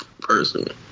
person